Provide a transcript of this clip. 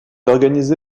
organisé